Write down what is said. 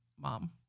Mom